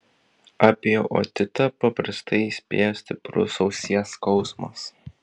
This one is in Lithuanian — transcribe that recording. apie otitą paprastai įspėja stiprus ausies skausmas